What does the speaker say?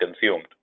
consumed